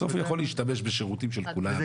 בסוף הוא יכול להשתמש בשירותים של כולם - במתנדבים,